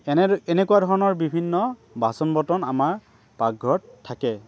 এনেদ এনেকুৱা ধৰণৰ বিভিন্ন বাচন বৰ্তন আমাৰ পাকঘৰত থাকে